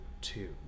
two